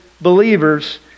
believers